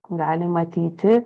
gali matyti